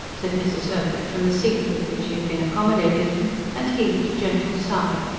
said mrs. urquhart from the seat with which she had been accommodated and heaved a gentle sigh.